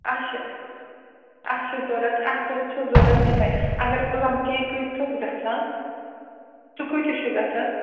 اَسہِ اَسہِ چھِ ضوٚرَتھ اَسہِ حظ چھُ ضوٚرتھ یِمَے اگر پٕلم کیکٕے گَژھان سُہ کۭتِس چھُ گَژھان